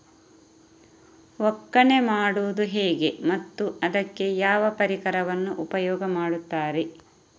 ಒಕ್ಕಣೆ ಮಾಡುವುದು ಹೇಗೆ ಮತ್ತು ಅದಕ್ಕೆ ಯಾವ ಪರಿಕರವನ್ನು ಉಪಯೋಗ ಮಾಡುತ್ತಾರೆ?